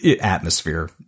atmosphere